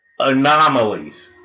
Anomalies